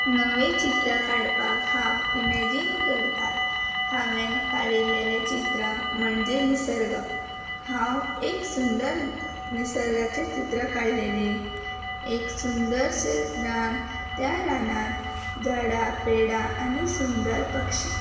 नव्वे चित्र काडपाक हांव इमॅजीन करतात हांवेन काडिल्लेलें चित्र म्हणजे निसर्ग हांव एक सुंदर निसर्गाचें चित्र काडले एक सुंदरशें रान त्या रानात झाडां पेडां आनी सुंदर पक्षी